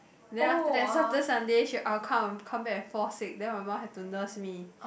then after that Saturday Sunday she I will come come back and fall sick then my mum had to nurse me